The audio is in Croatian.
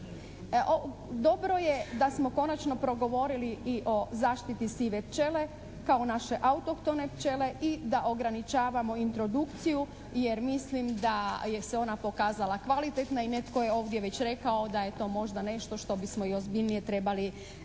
Dobro je da smo konačno progovorili i o zaštiti sive pčele kao naše autohtone pčele i da ograničavamo introdukciju, jer mislim da se ona pokazala kvalitetna i netko je ovdje već rekao da je to možda nešto što bismo i ozbiljnije trebali